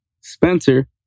Spencer